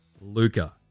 Luca